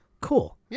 cool